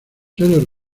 seres